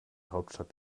hauptstadt